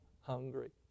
hungry